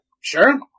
sure